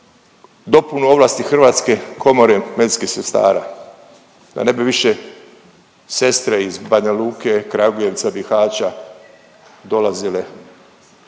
dopunu ovlasti Hrvatske komore medicinskih sestara da ne bi više sestre iz Banja Luke, Kragujevca, Bihaća dolazile